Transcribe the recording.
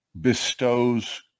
bestows